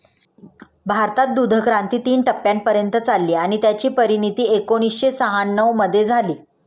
भारतात दूधक्रांती तीन टप्प्यांपर्यंत चालली आणि त्याची परिणती एकोणीसशे शहाण्णव मध्ये झाली